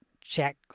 check